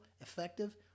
effective